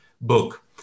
book